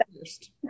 first